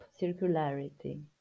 circularity